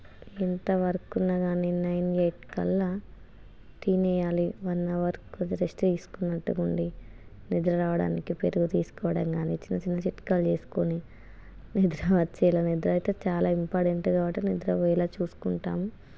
ఎంత వర్కు ఉన్నా కానీ నైన్ ఎయిట్ కళ్ళా తినేయాలి వన్ అవర్ రెస్ట్ కొద్ది తీసుకున్నటుండి నిద్ర రావడానికి పెరుగు తీసుకోవడం కానీ ఇట్ల చిన్న చిట్కాలు తీసుకోని నిద్ర వచ్చేలా నిద్రైతే చాలా ఇంపార్టెంట్ కాబట్టి నిద్రపోయేలా చూసుకుంటాము